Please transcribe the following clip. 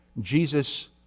Jesus